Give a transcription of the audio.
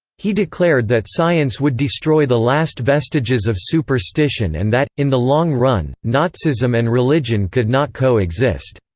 he declared that science would destroy the last vestiges of superstition and that, in the long run, nazism and religion could not co-exist.